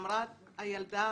שאמרה הילדה